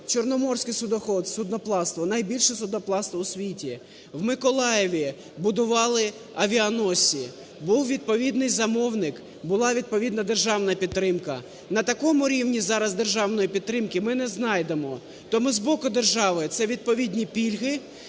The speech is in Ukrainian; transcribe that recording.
Чорноморське судноплавство – найбільше судноплавство у світі, в Миколаєві будували авіаносці. Був відповідний замовник, була відповідна державна підтримка, на такому рівні зараз державної підтримки ми не знайдемо. Тому з боку держави це відповідні пільги,